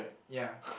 ya